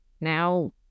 now